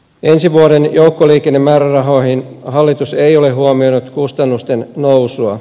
ensi vuoden joukkoliikennemäärärahoihin hallitus ei ole huomioinut kustannusten nousua